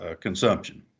consumption